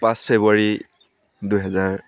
পাঁচ ফ্ৰেব্ৰুৱাৰী দুহেজাৰ